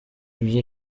ibyo